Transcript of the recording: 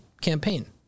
campaign